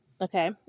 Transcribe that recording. Okay